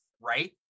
right